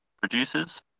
producers